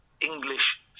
English